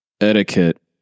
etiquette